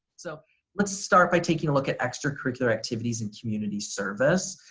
so let's start by taking a look at extracurricular activities and community service.